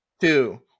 two